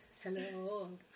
Hello